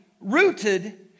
rooted